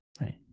Right